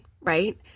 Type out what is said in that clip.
right